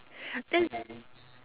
that